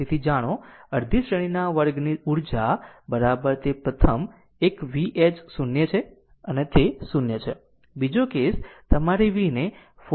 તેથી જાણો અડધી શ્રેણીના વર્ગની ઊર્જા તેથી પ્રથમ એક v h 0 છે તેથી તે 0 છે બીજો કેસ તમારી v ને 4 t આપવામાં આવ્યો હતો